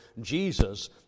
Jesus